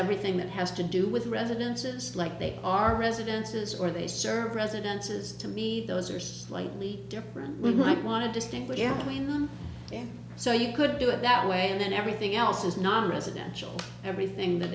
everything that has to do with residents like they are residences or they serve residences to me those are slightly different we might want to distinguish between them and so you could do it that way and everything else is not residential everything that